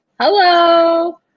Hello